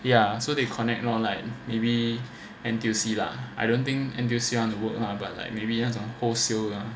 ya so they connect lor like maybe N_T_U_C lah I don't think N_T_U_C want to work lah but like maybe 那种 wholesale lor